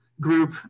group